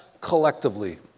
collectively